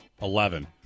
Eleven